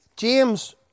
James